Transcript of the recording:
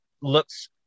looks